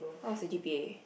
how was your g_p_a